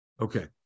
Okay